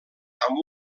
amb